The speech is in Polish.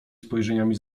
spojrzeniami